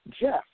Jeff